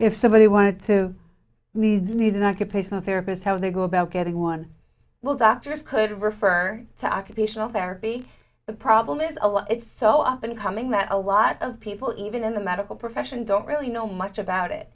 if somebody wanted to meet needed occupational therapist how they go about getting one will doctors could refer to occupational therapy the problem is a lot it's so up and coming that a lot of people even in the medical profession don't really know much about it